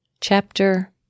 Chapter